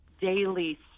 daily